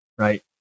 Right